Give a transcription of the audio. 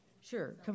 Sure